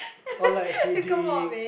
or like headache